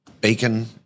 Bacon